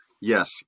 yes